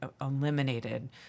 eliminated